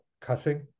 cussing